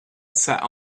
sat